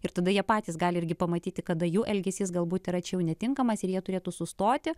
ir tada jie patys gali irgi pamatyti kada jų elgesys galbūt yra čia jau netinkamas ir jie turėtų sustoti